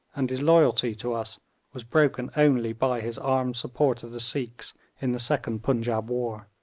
and his loyalty to us was broken only by his armed support of the sikhs in the second punjaub war.